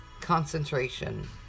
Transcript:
Concentration